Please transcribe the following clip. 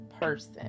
person